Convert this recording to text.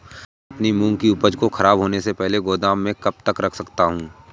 मैं अपनी मूंग की उपज को ख़राब होने से पहले गोदाम में कब तक रख सकता हूँ?